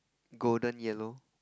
golden yellow